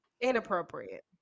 Inappropriate